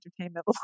entertainment